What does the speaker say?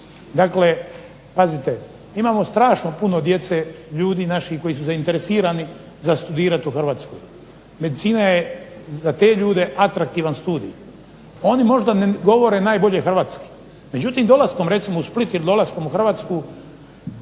Dakle, pazite imamo strašno puno djece, ljudi naših koji su zainteresirani za studirati u Hrvatskoj. Medicina je za te ljude atraktivan studij. Oni možda ne govore najbolje hrvatski, međutim dolaskom recimo u Split ili dolaskom u Hrvatsku